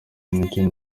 icyo